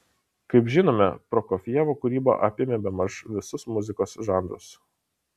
kaip žinome prokofjevo kūryba apėmė bemaž visus muzikos žanrus